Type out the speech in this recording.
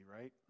right